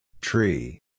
Tree